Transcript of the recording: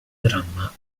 dramma